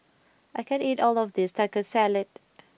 I can't eat all of this Taco Salad